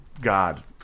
God